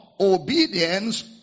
obedience